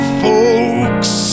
folks